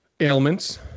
ailments